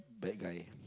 bad guy